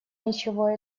ничего